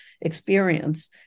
experience